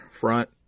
front